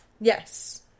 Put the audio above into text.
Yes